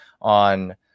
on